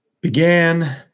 began